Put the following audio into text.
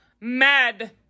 Mad